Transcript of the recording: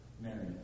married